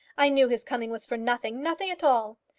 i knew his coming was for nothing nothing at all.